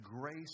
grace